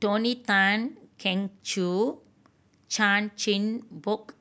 Tony Tan Keng Joo Chan Chin Bock